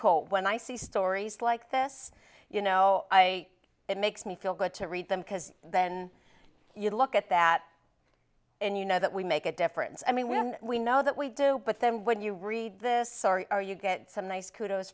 cold when i see stories like this you know i it makes me feel good to read them because then you look at that and you know that we make a difference i mean when we know that we do but then when you read this sorry or you get some nice kudos